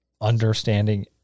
understanding